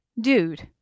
Dude